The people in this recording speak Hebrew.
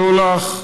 בדולח,